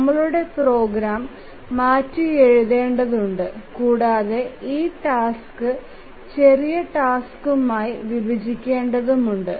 നമ്മളുടെ പ്രോഗ്രാം മാറ്റിയെഴുതേണ്ടതുണ്ട് കൂടാതെ ഈ ടാസ്ക് ചെറിയ ടാസ്കുകളായി വിഭജിക്കേണ്ടതുണ്ട്